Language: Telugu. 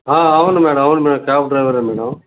అవును మేడం అవును మేడం కాబ్ డ్రైవరే మేడాం